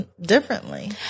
differently